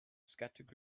scattered